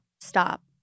stop